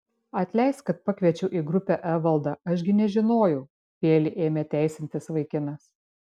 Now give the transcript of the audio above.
atleisk kad pakviečiau į grupę evaldą aš gi nežinojau vėlei ėmė teisintis vaikinas